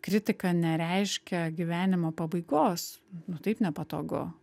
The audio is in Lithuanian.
kritika nereiškia gyvenimo pabaigos nu taip nepatogu